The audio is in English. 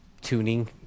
Tuning